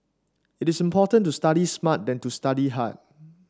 it is important to study smart than to study hard